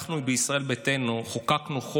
אנחנו, ישראל ביתנו, חוקקנו חוק,